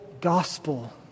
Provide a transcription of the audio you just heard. gospel